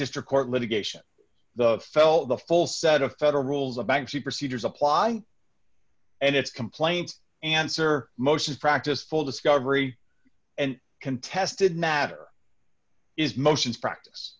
district court litigation the fell the full set of federal rules of banks the procedures apply and its complaints answer motions practice full discovery and contested matter is motions practice